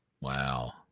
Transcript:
Wow